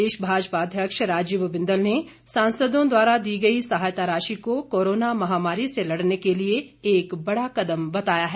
प्रदेश भाजपा अध्यक्ष राजीव बिंदल ने सांसदों द्वारा दी गई सहायता राशि को कोरोना महामारी से लड़ने के लिए एक बड़ा कदम बताया है